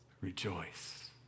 Rejoice